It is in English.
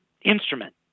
instrument